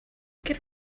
give